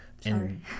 Sorry